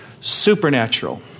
Supernatural